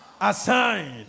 assigned